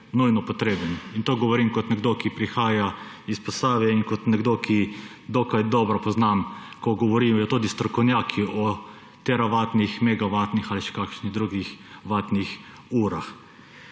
nujno potreben in to govorim kot nekdo, ki prihaja iz Posavja, in kot nekdo, ki dokaj dobro poznam, ko govorim tudi s strokovnjaki o teravatnih, megavatnih ali še kakšnih drugih vatnih urah.